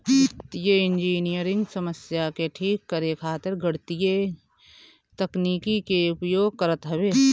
वित्तीय इंजनियरिंग समस्या के ठीक करे खातिर गणितीय तकनीकी के उपयोग करत हवे